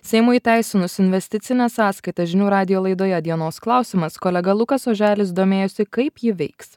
seimui įteisinus investicines sąskaitas žinių radijo laidoje dienos klausimas kolega lukas oželis domėjosi kaip ji veiks